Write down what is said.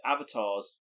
Avatars